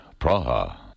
Praha